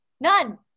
None